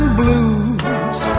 blues